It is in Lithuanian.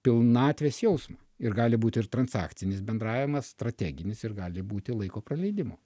pilnatvės jausmą ir gali būt ir transakcinis bendravimas strateginis ir gali būti laiko praleidimo